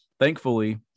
Thankfully